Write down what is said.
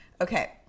Okay